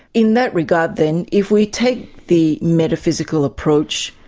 in that regard then, if we take the metaphysical approach,